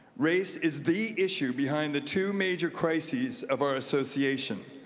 race is the issue behind the two major crises of our association.